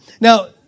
Now